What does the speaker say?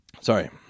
sorry